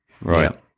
Right